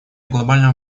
глобального